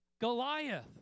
Goliath